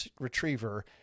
retriever